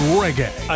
reggae